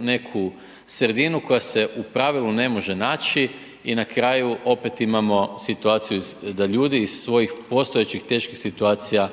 neku sredinu koja se u pravilu ne može naći i na kraju opet imamo situaciju da ljudi iz svojih postojećih teških situacija